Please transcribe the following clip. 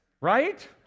Right